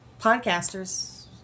podcasters